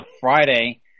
Friday